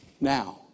now